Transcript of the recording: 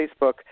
Facebook